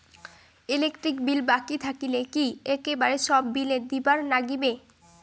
Electric bill বাকি থাকিলে কি একেবারে সব বিলে দিবার নাগিবে?